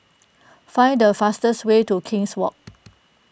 find the fastest way to King's Walk